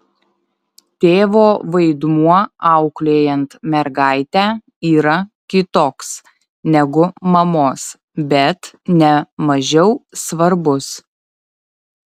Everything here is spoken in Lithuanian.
tėvo vaidmuo auklėjant mergaitę yra kitoks negu mamos bet ne mažiau svarbus